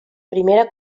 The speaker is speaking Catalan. primera